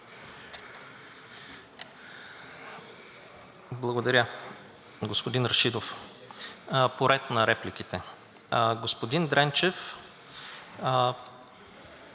Благодаря, господин Рашидов. Поред на репликите. Господин Дренчев,